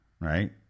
right